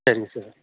சரிங்க சார்